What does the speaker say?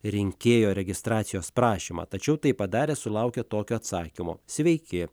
rinkėjo registracijos prašymą tačiau tai padarę sulaukė tokio atsakymo sveiki